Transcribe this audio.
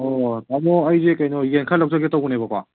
ꯑꯣ ꯇꯥꯃꯣ ꯑꯩꯁꯦ ꯀꯩꯅꯣ ꯌꯦꯟ ꯈꯔ ꯂꯧꯖꯒꯦ ꯇꯧꯕꯅꯦꯕꯀꯣ